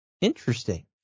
Interesting